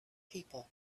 people